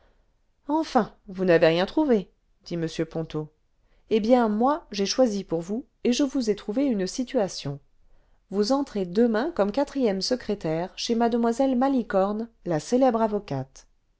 enfin vous n'avez rien trouvé dit m ponto eh bien moi j'ai choisi pour vous et je vous ai trouvé une situation vous entrez demain comme quatrième secrétaire chez mlle malicorne la célèbre avocate